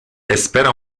espera